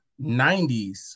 90s